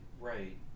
right